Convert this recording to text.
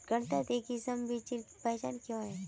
गन्नात किसम बिच्चिर पहचान की होय?